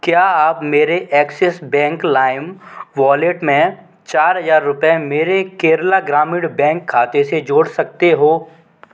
क्या आप मेरे एक्सिस बैंक लाइम वॉलेट में चार हजार रुपये मेरे केरला ग्रामीण बैंक खाते से जोड़ सकते हो